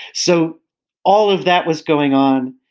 so all of that was going on.